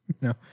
No